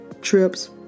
trips